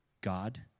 God